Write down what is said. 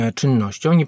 czynnością